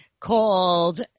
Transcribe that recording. called